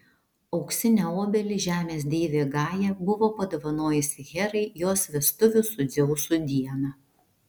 auksinę obelį žemės deivė gaja buvo padovanojusi herai jos vestuvių su dzeusu dieną